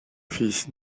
fils